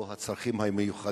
או בעלי הצרכים המיוחדים.